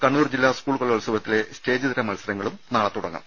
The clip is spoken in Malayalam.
കണ്ണൂർ ജില്ലാ സ്കൂൾ കലോത്സവത്തിലെ സ്റ്റേജിതര മത്സരങ്ങൾ നാളെ തുടങ്ങും